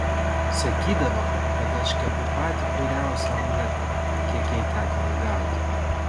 sakydavo kad aš kepu patį puriausią omletą kiek jai teko ragauti